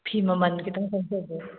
ꯐꯤ ꯃꯃꯜ ꯈꯤꯠꯇꯪ ꯈꯪꯖꯒꯦ